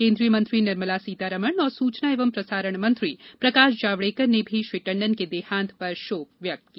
केन्द्रीय मंत्री निर्मला सीतारामन और सूचना और प्रसारण मंत्री प्रकाश जावड़ेकर ने भी श्री टंडन के देहांत पर शोक व्यक्त किया